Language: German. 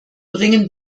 bringen